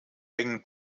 hängen